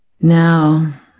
Now